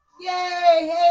Yay